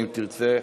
אם תרצה.